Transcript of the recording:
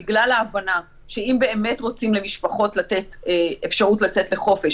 בגלל ההבנה שאם באמת רוצים לתת למשפחות אפשרות לצאת לחופש